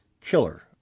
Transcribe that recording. killer